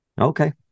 Okay